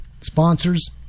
Sponsors